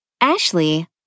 Ashley